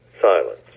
silence